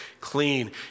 clean